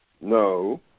No